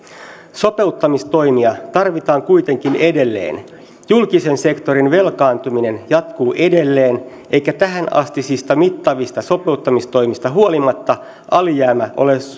sopeuttamistoimia tarvitaan kuitenkin edelleen julkisen sektorin velkaantuminen jatkuu edelleen eikä tähänastisista mittavista sopeuttamistoimista huolimatta alijäämä ole